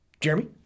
Jeremy